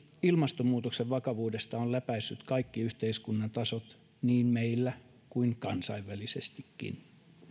ilmastonmuutoksen vakavuudesta on läpäissyt kaikki yhteiskunnan tasot niin meillä kuin kansainvälisestikin